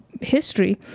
history